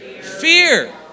fear